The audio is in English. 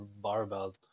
barbell